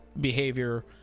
behavior